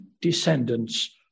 descendants